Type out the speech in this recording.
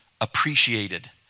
appreciated